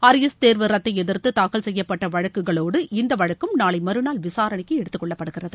arrear தேர்வு ரத்தை எதிர்த்து தாக்கல் செய்யப்பட்ட வழக்குகளோடு இந்த வழக்கும் நாளை மறுநாள் விசாரணைக்கு எடுத்துக்கொள்ளப்படுகிறது